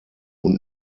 und